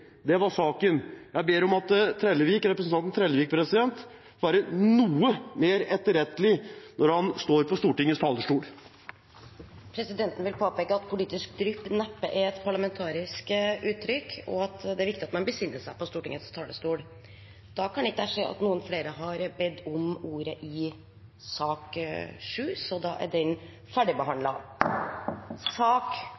Det var saken. Jeg ber om at representanten Trellevik er noe mer etterrettelig når han står på Stortingets talerstol. Presidenten vil påpeke at «politisk drypp» neppe er et parlamentarisk uttrykk, og at det er viktig at man besinner seg på Stortingets talerstol. Flere har ikke